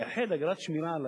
לייחד אגרת שמירה,